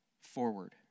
forward